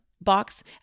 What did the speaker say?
box